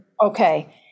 Okay